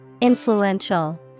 Influential